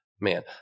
Man